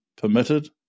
permitted